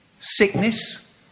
sickness